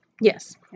Yes